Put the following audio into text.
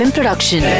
Production